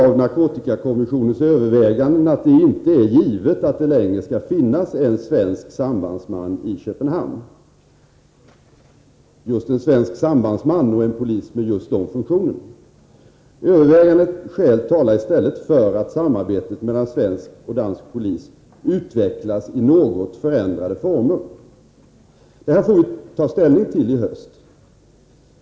Av narkotikakommissionens överväganden framgår emellertid nu att det inte längre är givet att det i fortsättningen skall finnas just en svensk sambandsman, alltså en polis med just den funktionen, i Köpenhamn. Starka skäl talar i stället för att samarbetet mellan svensk och dansk polis: skall utvecklas i något förändrade former. Detta får vi ta ställning till i höst.